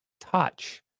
touch